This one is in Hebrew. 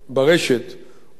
הוא בפורמט הקרוי PDF,